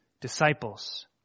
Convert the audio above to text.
disciples